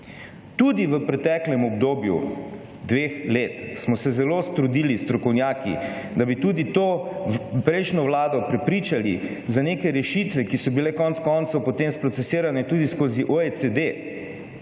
Tudi v preteklem obdobju dveh let smo se zelo trudili strokovnjaki, da bi tudi to prejšnjo vlado prepričali za neke rešitve, ki so bile konec koncev potem sprocesirane tudi skozi OECD,